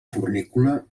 fornícula